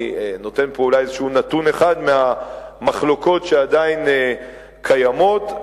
אני נותן פה אולי נתון אחד מהמחלוקות שעדיין קיימות,